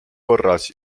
korras